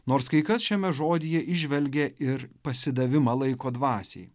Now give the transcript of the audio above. nors kai kas šiame žodyje įžvelgė ir pasidavimą laiko dvasiai